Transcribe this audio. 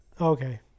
Okay